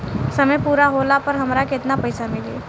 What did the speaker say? समय पूरा होला पर हमरा केतना पइसा मिली?